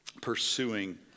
pursuing